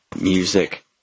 music